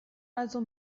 also